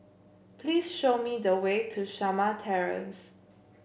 please show me the way to Shamah Terrace